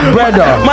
Brother